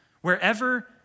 Wherever